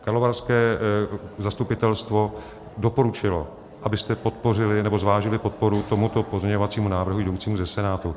Karlovarské zastupitelstvo doporučilo, abyste podpořili nebo zvážili podporu tomuto pozměňovacímu návrhu jdoucímu ze Senátu.